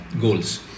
goals